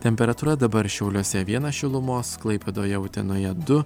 temperatūra dabar šiauliuose vienas šilumos klaipėdoje utenoje du